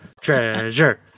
treasure